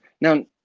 Now